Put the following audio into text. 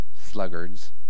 sluggards